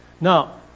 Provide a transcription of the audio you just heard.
Now